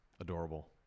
Adorable